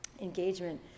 engagement